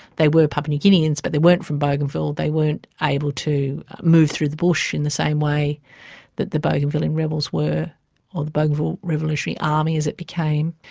they were papua new guineans but they weren't from bougainville, they weren't able to move through the bush in the same way that the bougainvillean rebels were or the bougainville revolutionary army, as it became.